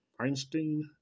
Einstein